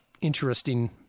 interesting